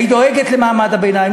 היית דואגת למעמד הביניים?